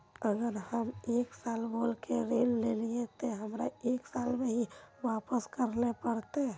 अगर हम एक साल बोल के ऋण लालिये ते हमरा एक साल में ही वापस करले पड़ते?